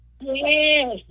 Yes